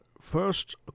First